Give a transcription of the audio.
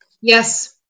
Yes